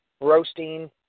roasting